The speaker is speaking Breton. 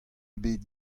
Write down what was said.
ebet